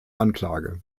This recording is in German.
anklage